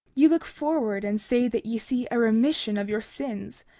ye look forward and say that ye see a remission of your sins.